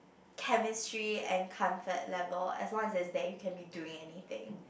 chemistry and comfort level as long as it's there you can be doing anything